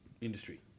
industry